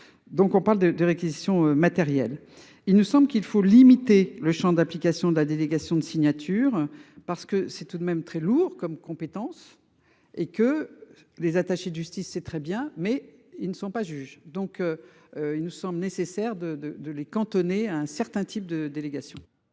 Donc on parle de de réquisition matériel il nous semble qu'il faut limiter le Champ d'application de la délégation de signature parce que c'est tout de même très lourd comme compétence et que les attachés de justice c'est très bien mais ils ne sont pas juge donc. Il nous semble nécessaire de de de les cantonner à un certain type de délégation.